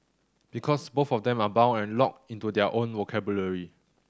because both of them are bound and locked into their own vocabulary